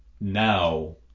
Now